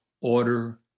order